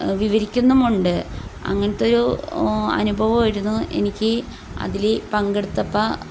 വിവരിക്കുന്നുമുണ്ട് അങ്ങനത്തെയൊരു അനുഭവമായിരുന്നു എനിക്ക് അതിൽ പങ്കെടുത്തപ്പോൾ